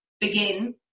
begin